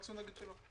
מקסימום אגיד שלא.